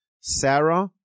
Sarah